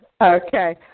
Okay